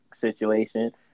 situation